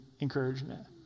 encouragement